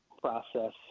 process